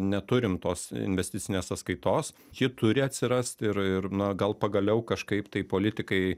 neturim tos investicinės sąskaitos ji turi atsirast ir ir na gal pagaliau kažkaip tai politikai